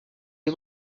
les